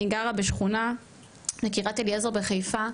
אני גרה בשכונה בקריית אליעזר בחיפה,